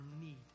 need